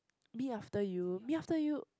Me After You Me After You